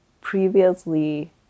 previously